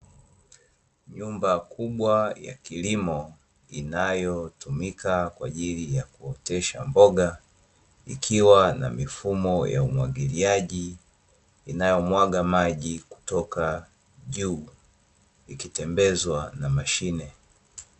Nyumba kubwa ya kilimo inayotumika kwajili ya kuotesha mboga, ikiwa na mifumo ya umwagiliaji inayomwaga maji kutoka juu, ikitembezwa na mashine.